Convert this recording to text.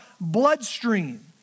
bloodstream